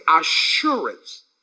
assurance